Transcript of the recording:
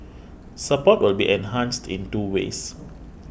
support will be enhanced in two ways